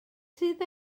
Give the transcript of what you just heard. sydd